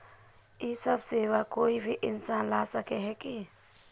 इ सब सेवा कोई भी इंसान ला सके है की?